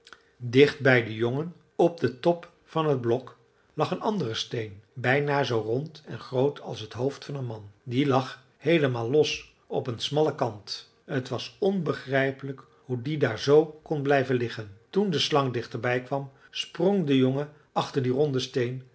dicht bij den jongen op den top van het blok lag een andere steen bijna zoo rond en groot als het hoofd van een man die lag heelemaal los op een smallen kant t was onbegrijpelijk hoe die daar zoo kon blijven liggen toen de slang dichterbij kwam sprong de jongen achter dien ronden steen